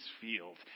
field